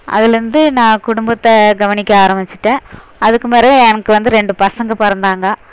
அதுலருந்து நான் குடும்பத்தை கவனிக்க ஆரமிச்சுட்டேன் அதுக்கு பிறவு எனக்கு வந்து ரெண்டு பசங்கள் பிறந்தாங்க